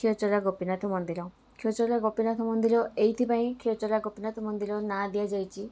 କ୍ଷୀରଚୋରା ଗୋପୀନାଥ ମନ୍ଦିର କ୍ଷୀରଚୋରା ଗୋପୀନାଥ ମନ୍ଦିର ଏଇଥି ପାଇଁ କ୍ଷୀରଚୋରା ଗୋପୀନାଥ ମନ୍ଦିର ନାଁ ଦିଆଯାଇଛି